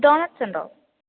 doughnuts ഉണ്ടോ